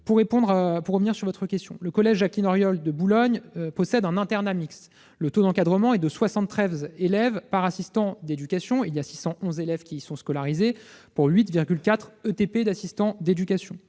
Pour revenir à votre question, le collège Jacqueline-Auriol de Boulogne-Billancourt possède un internat mixte. Le taux d'encadrement y est de 73 élèves par assistant d'éducation : 611 élèves y sont scolarisés pour 8,4 ETP d'assistant d'éducation.